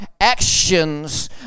actions